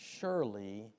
surely